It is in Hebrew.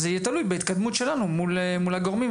זה יהיה תלוי בהתקדמות שלנו מול הגורמים,